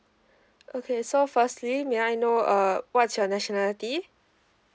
okay so firstly may I know err what's your nationality